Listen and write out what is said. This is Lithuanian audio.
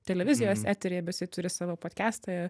televizijos eteryje bet jisai turi savo podkestą